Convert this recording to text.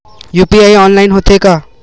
UPI online होथे का?